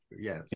Yes